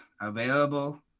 available